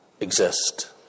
exist